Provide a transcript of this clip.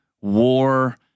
war